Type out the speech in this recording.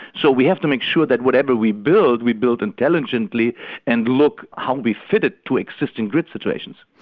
so we have to make sure that whatever we build we build intelligently and look how we fit it to existing grid situations.